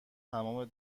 تمام